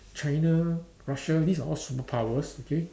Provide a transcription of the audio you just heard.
China Russia these are all superpowers okay